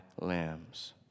lambs